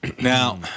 Now